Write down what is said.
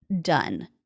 done